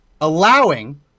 allowing